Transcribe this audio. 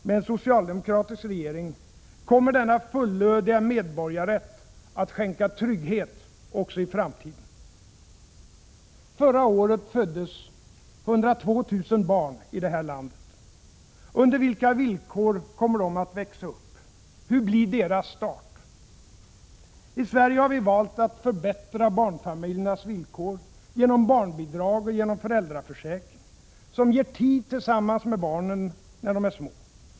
Med en socialdemokratisk regering kommer denna fullödiga medborgarrätt att skänka trygghet också i framtiden. Förra året föddes det 102 000 barn i det här landet. Under vilka villkor kommer de att växa upp? Hur blir deras start? I Sverige har vi valt att förbättra barnfamiljernas villkor genom barnbidrag och genom föräldraförsäkring, som ger tid tillsammans när barnen är små.